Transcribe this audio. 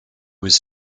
was